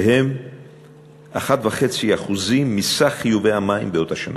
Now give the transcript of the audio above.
שהם 1.5% מסך חיובי המים באותה שנה.